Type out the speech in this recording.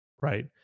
right